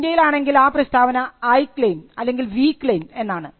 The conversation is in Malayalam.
ഇന്ത്യയിലാണെങ്കിൽ ആ പ്രസ്താവന ഐ ക്ലെയിം അല്ലെങ്കിൽ വി ക്ലെയിം എന്നാണ്